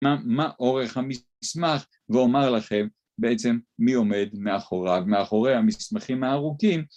מה אורך המסמך, ואומר לכם בעצם מי עומד מאחוריו, מאחורי המסמכים הארוכים.